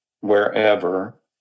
wherever